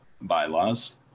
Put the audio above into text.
bylaws